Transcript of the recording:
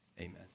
amen